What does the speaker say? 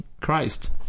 Christ